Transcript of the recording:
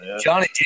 Johnny